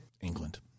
England